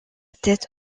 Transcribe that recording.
tête